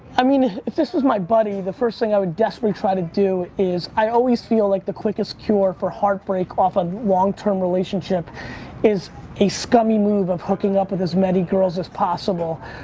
i mean, if this was my buddy, the first thing i would desperately try to do is i always feel like the quickest cure for heartbreak off a long-term relationship is a scummy move of hooking up with as many girls as possible.